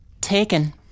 Taken